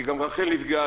כי גם רח"ל נפגעה,